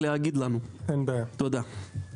תודה.